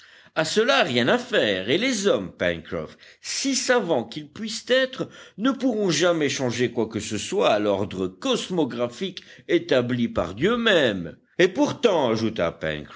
à cela rien à faire et les hommes pencroff si savants qu'ils puissent être ne pourront jamais changer quoi que ce soit à l'ordre cosmographique établi par dieu même et pourtant ajouta